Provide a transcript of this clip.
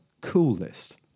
coolest